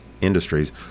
industries